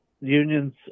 unions